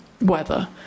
weather